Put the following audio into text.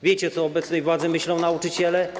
Wiecie, co o obecnej władzy myślą nauczyciele?